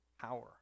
power